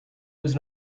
was